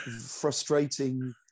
frustrating